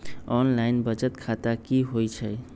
Online बचत खाता की होई छई?